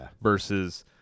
versus